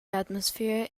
atmosphere